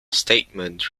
statement